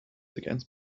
against